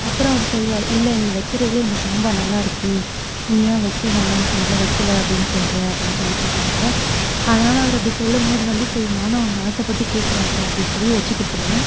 அப்புறம் அவரு சொல்வார் இல்லை நீ வைக்கிறதுலே இந்த சாம்பார் நல்லாயிருக்கு நீ ஏன் வைக்க வேணாம்னு சொல்கிற வைக்கலை அப்படினு சொல்கிற அப்படினு சொல்லி கேட்பாங்க அதனால அவரு அப்படி சொல்லும்போது வந்து சரி நானும் அவங்க ஆசைப்பட்டு கேக்கிறாங்க அப்படினு சொல்லி வச்சு கொடுத்துருவன்